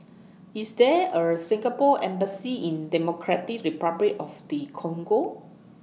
IS There A Singapore Embassy in Democratic Republic of The Congo